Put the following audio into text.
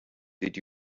did